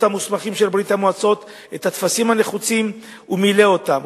המוסמכים של ברית-המועצות את הטפסים הנחוצים ומילא אותם.